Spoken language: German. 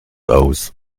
aus